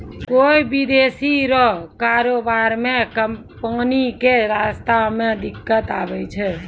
कोय विदेशी रो कारोबार मे पानी के रास्ता मे दिक्कत आवै छै